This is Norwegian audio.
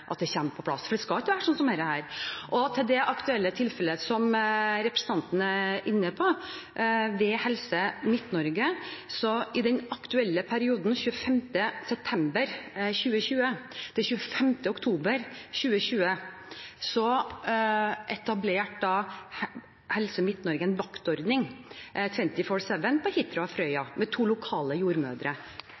For det skal ikke være sånn som dette. Til det aktuelle tilfellet som representanten er inne på ved Helse Midt-Norge: I den aktuelle perioden 25. september 2020–25. oktober 2020 etablerte Helse Midt-Norge en vaktordning 24/7 på Hitra og Frøya med to lokale jordmødre